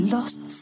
lost